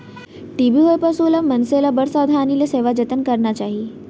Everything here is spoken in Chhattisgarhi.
टी.बी होए पसु ल, मनसे ल बड़ सावधानी ले सेवा जतन करना चाही